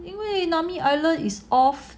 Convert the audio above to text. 因为 nami island is off